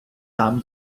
там